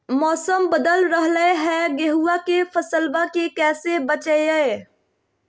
मौसम बदल रहलै है गेहूँआ के फसलबा के कैसे बचैये?